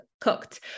cooked